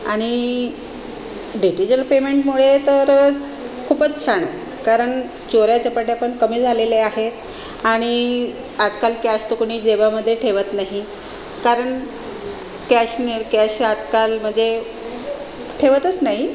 आणि डिजिटल पेमेंटमुळे तर खूपच छान कारण चोऱ्याचपाट्या पण कमी झालेल्या आहेत आणि आजकाल कॅश तर कोणी जेबामध्ये ठेवत नाही कारण कॅशने कॅश आजकाल म्हणजे ठेवतच नाही